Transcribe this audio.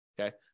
Okay